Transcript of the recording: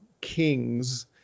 Kings